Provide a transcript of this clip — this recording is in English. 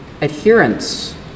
adherence